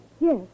Yes